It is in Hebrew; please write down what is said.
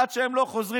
עד שהם לא חוזרים,